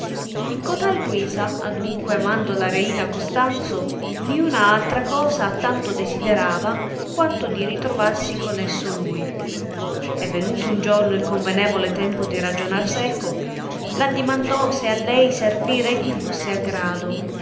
in cotal guisa adunque amando la reina costanzo niuna altra cosa tanto desiderava quanto di ritrovarsi con esso lui e venuto un giorno il convenevole tempo di ragionar seco l addimandò se a lei servire gli fusse a grado